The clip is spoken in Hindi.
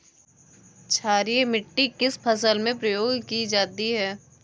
क्षारीय मिट्टी किस फसल में प्रयोग की जाती है?